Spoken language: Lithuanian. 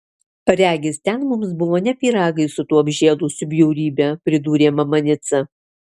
regis ten mums buvo ne pyragai su tuo apžėlusiu bjaurybe pridūrė mama nica